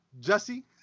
Jesse